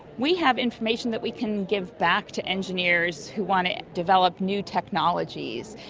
we have information that we can give back to engineers who want to develop new technologies.